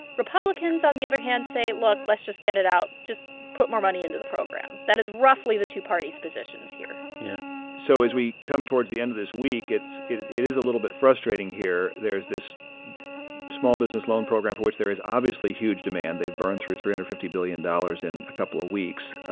republicans, on the other hand, say, look let's just get it out. just put more money into the program. that is roughly the two parties' positions here yeah so as we come towards the end of this week, it it it is a little bit frustrating here. there is this small business loan program for which there is obviously huge demand. they've burned through three hundred and fifty billion dollars in a couple of weeks.